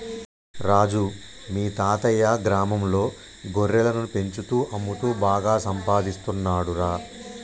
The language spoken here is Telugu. రాజు మీ తాతయ్యా గ్రామంలో గొర్రెలను పెంచుతూ అమ్ముతూ బాగా సంపాదిస్తున్నాడురా